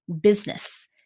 business